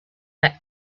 their